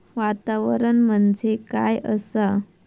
वातावरण म्हणजे काय असा?